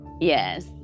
yes